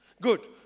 Good